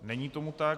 Není tomu tak.